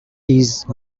these